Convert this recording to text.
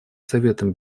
советом